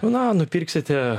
na nupirksite